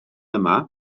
yma